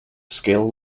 scale